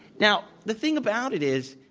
now, the thing about it is,